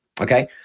okay